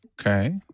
Okay